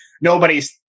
nobody's